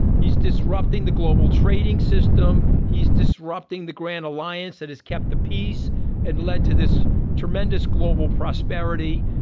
he's disrupting the global trading system. he's disrupting the grand alliance that has kept the peace and led to this tremendous global prosperity.